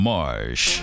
Marsh